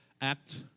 act